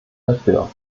dafür